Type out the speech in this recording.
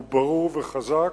הוא ברור וחזק.